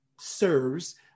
serves